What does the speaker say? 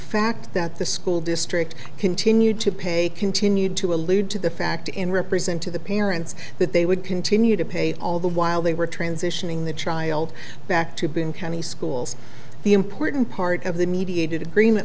fact that the school district continued to pay continued to allude to the fact in represent to the parents that they would continue to pay all the while they were transitioning the child back to being county schools the important part of the mediated agreement